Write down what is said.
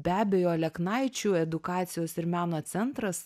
be abejo aleknaičių edukacijos ir meno centras